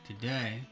today